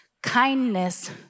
kindness